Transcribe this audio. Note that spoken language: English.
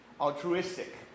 Altruistic